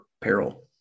peril